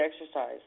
exercise